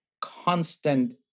constant